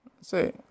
Say